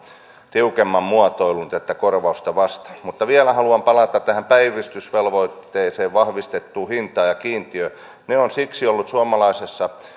tiukemman muotoilun korvausta vastaan mutta vielä haluan palata tähän päivystysvelvoitteeseen vahvistettuun hintaan ja kiintiöön ne ovat siksi olleet suomalaisessa